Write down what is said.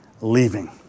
Leaving